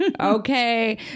okay